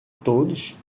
todos